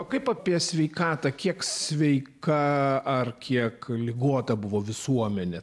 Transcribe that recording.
o kaip apie sveikatą kiek sveika ar kiek ligota buvo visuomenė